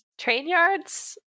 Trainyard's